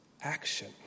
action